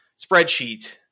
spreadsheet